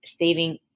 saving